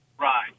Right